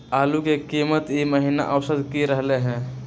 आलू के कीमत ई महिना औसत की रहलई ह?